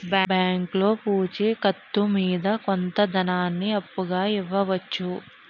బ్యాంకులో పూచి కత్తు మీద కొంత ధనాన్ని అప్పుగా ఇవ్వవచ్చు